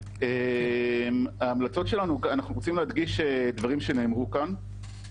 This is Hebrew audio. אנחנו רוצים להדגיש דברים שנאמרו כאן: